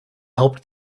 helped